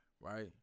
Right